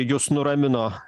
jus nuramino